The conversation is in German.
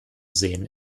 sehen